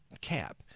cap